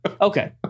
Okay